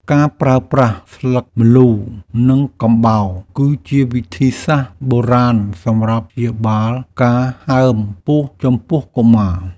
ការប្រើប្រាស់ស្លឹកម្លូ និងកំបោរ គឺជាវិធីសាស្ត្របុរាណសម្រាប់ព្យាបាលការហើមពោះចំពោះកុមារ។